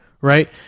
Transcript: right